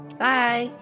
Bye